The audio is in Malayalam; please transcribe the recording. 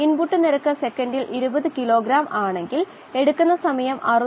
തുടർന്ന് നമ്മൾ വാതക കുമിളകൾ അതിൽ നിന്ന് നീക്കം ചെയ്യുന്നു